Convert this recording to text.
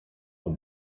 aha